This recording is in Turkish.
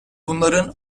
bunların